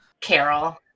Carol